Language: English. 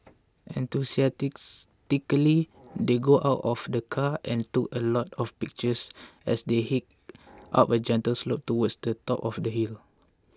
enthusiastically they got out of the car and took a lot of pictures as they hiked up a gentle slope towards the top of the hill